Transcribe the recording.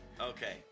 Okay